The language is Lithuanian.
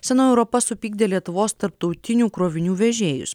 senoji europa supykdė lietuvos tarptautinių krovinių vežėjus